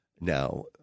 now